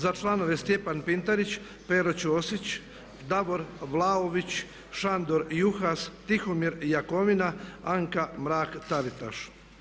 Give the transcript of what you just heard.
Za članove Stjepan Pintarić, Pero Ćosić, Davor Vlaović, Šandor Juhas, Tihomir Jakovina, Anka Mrak-Taritaš.